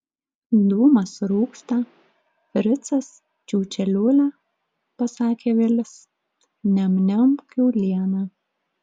dūmas rūksta fricas čiūčia liūlia pasakė vilis niam niam kiaulieną